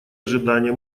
ожидание